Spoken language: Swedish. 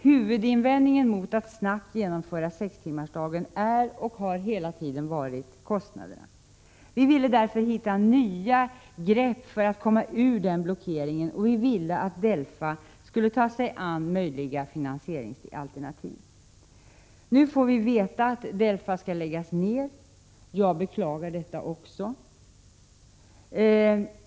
Huvudinvändningen mot att snabbt genomföra sextimmarsdagen är och har hela tiden varit kostnaderna. Vi ville försöka hitta nya grepp för att komma ur denna blockering, och vi ville att DELFA skulle ta sig an möjliga finansieringsalternativ. Nu får vi veta att DELFA skall läggas ned. Också jag beklagar detta.